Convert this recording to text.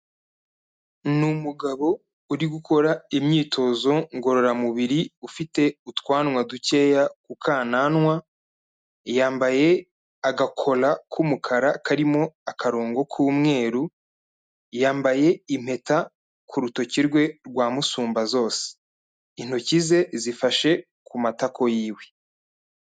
Ni umugabo uri gukora imyitozo ngororamubiri ufite utwanwa dukeya ku kananwa, yambaye agakora k'umukara karimo akarongo k'umweru, yambaye impeta ku rutoki rwe rwa musumbazose. Intoki ze zifashe ku matako yiwe.